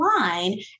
line